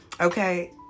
Okay